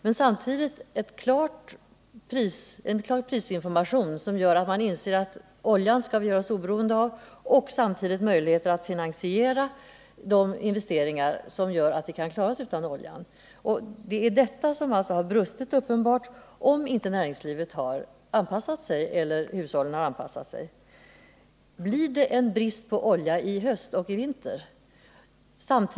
Men det måste ges en klar prisinformation, som gör att man inser att man skall göra sig oberoende av oljan. Samtidigt måste det finns möjligheter att finansiera de investeringar som gör det möjligt för oss att klara oss utan olja. Det är uppenbart att det har brustit på det här området, om nu inte näringslivet eller hushållen har anpassat sig. Blir det brist på olja i höst och i vinter?